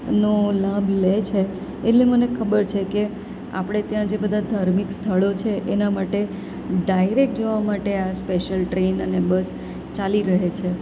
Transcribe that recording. નો લાભ લે છે એટલે મને ખબર છે કે આપણે ત્યાં જે બધા ધાર્મિક સ્થળો છે એના માટે ડાયરેક જવા માટે આ સ્પેશ્યલ ટ્રેન અને બસ ચાલી રહે છે